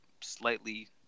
slightly